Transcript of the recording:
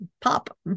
pop